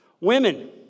Women